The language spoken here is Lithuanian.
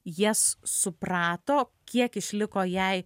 jas suprato kiek išliko jai